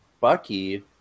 Bucky